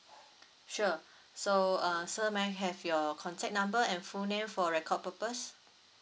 sure so uh sir may I have your contact number and full name for record purpose